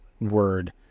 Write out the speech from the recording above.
word